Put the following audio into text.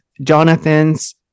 jonathan's